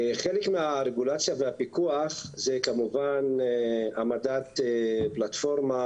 חלק מהרגולציה והפיקוח זה כמובן העמדת פלטפורמה